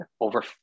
over